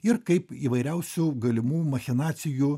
ir kaip įvairiausių galimų machinacijų